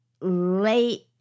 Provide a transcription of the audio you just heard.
late